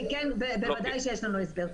ודאי שיש לנו הסבר.